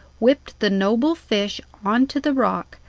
whipped the noble fish on to the rock,